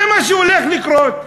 זה מה שהולך לקרות.